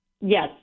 Yes